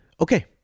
Okay